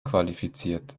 qualifiziert